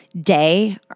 day